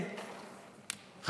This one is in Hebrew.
אומנם זה נשלח במייל,